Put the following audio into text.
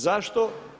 Zašto?